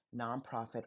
nonprofit